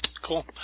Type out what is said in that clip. Cool